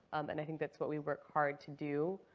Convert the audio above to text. and i think that's what we work hard to do.